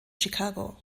chicago